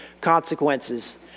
consequences